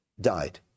Died